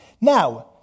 Now